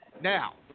Now